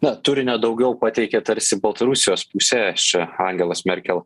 na turinio daugiau pateikė tarsi baltarusijos pusė čia angelos merkel